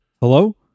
Hello